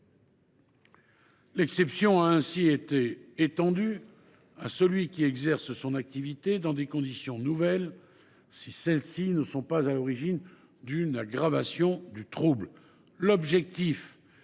L’exception a ainsi été étendue à celui qui exerce son activité dans des conditions nouvelles si celles ci ne sont pas à l’origine d’une aggravation du trouble.